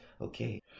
Okay